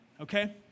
okay